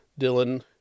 Dylan